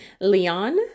Leon